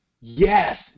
Yes